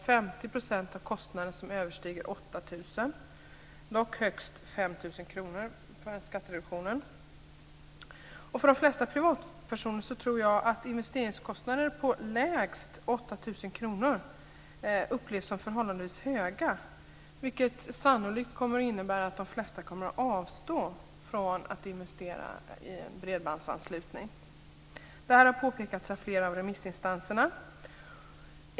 För de flesta privatpersoner upplevs nog investeringskostnader på lägst 8 000 kr som förhållandevis höga, vilket sannolikt kommer att innebära att de flesta avstår från att investera i en bredbandsanslutning. Detta har påpekats av flera av remissinstanserna.